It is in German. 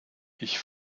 ich